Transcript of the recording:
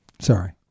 Sorry